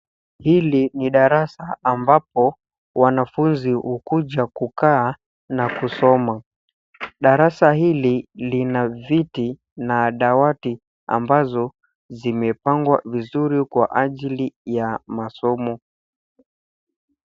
Hili ni darasa ambapo wanafunzi hukuja kukaa na kusoma. Darasa hili lina viti na dawati ambazo zimepangwa vizuri kwa ajili ya masomo.